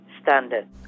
standard